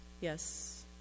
yes